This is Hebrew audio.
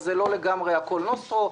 אז זה לא לגמרי הכול נוסטרו,